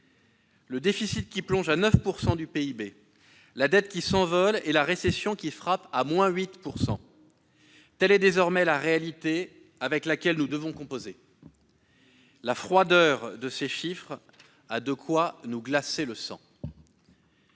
Le déficit qui plonge à 9 % du PIB, la dette qui s'envole et la récession qui frappe à-8 %: telle est désormais la réalité avec laquelle nous devons composer. La froideur de ces chiffres a de quoi nous glacer le sang.